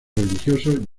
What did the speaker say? religiosos